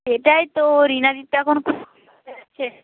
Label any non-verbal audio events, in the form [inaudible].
সেটাই তো রিনাদি তো এখন [unintelligible]